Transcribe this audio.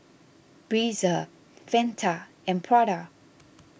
Breezer Fanta and Prada